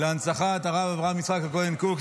להנצחת הרב אברהם יצחק הכהן קוק,